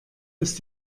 ist